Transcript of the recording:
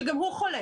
שגם הוא חולה.